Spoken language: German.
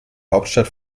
hauptstadt